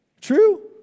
True